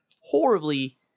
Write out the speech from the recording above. horribly